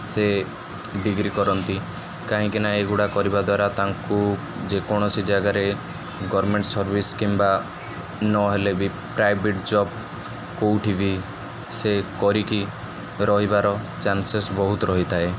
ସେ ଡିଗ୍ରୀ କରନ୍ତି କାହିଁକିନା ଏଗୁଡ଼ା କରିବା ଦ୍ୱାରା ତାଙ୍କୁ ଯେକୌଣସି ଜାଗାରେ ଗର୍ମେଣ୍ଟ୍ ସର୍ଭିସ୍ କିମ୍ବା ନହେଲେ ବି ପ୍ରାଇଭେଟ୍ ଜବ୍ କେଉଁଠି ବି ସେ କରିକି ରହିବାର ଚାନ୍ସେସ୍ ବହୁତ ରହିଥାଏ